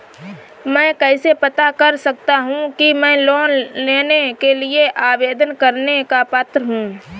मैं कैसे पता कर सकता हूँ कि मैं लोन के लिए आवेदन करने का पात्र हूँ?